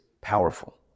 powerful